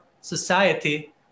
society